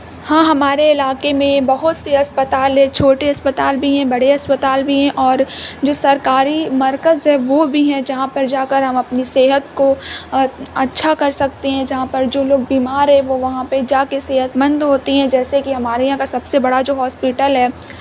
ہاں ہمارے علاقے میں بہت سے اسپتال ہیں چھوٹے اسپتال بھی ہیں بڑے اسپتال بھی ہیں اور جو سرکاری مرکز ہے وہ بھی ہیں جہاں پر جا کر ہم اپنی صحت کو اچھا کر سکتے ہیں جہاں پر جو لوگ بیمار ہیں وہ وہاں پہ جا کے صحت مند ہوتے ہیں جیسے کہ ہمارے یہاں کا سب سے بڑا جو ہاسپٹل ہے